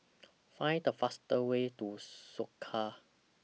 Find The fastest Way to Soka